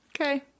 Okay